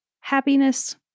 Happiness